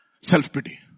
Self-pity